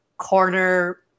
corner